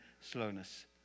slowness